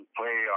play